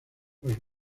los